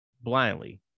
blindly